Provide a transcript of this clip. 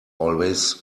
always